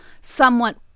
somewhat